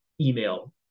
email